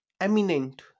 eminent